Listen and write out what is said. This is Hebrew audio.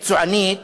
מקצוענית,